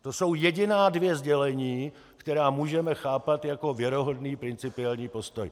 To jsou jediná dvě sdělení, která můžeme chápat jako věrohodný principiální postoj.